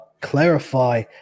clarify